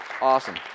Awesome